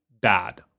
bad